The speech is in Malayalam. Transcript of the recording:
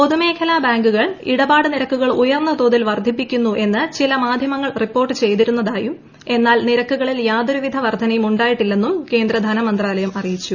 പൊതുമേബ്ല ഇടപാട് നിരക്കുകൾ ഉയർന്ന തോതിൽ ് വർദ്ധിപ്പിക്കുന്നു എന്ന് ചില മാധ്യമങ്ങൾ റിപ്പോർട്ട് ചെയ്തിരുന്നതായും എന്നാൽ നിരക്കുകളിൽ യാതൊരുവിധ വർദ്ധനയും ഉണ്ടായിട്ടില്ലെന്നും കേന്ദ്ര ധനമന്ത്രാലയം അറിയിച്ചു